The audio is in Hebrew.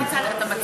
לא.